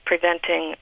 Preventing